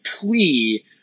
plea